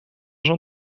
jean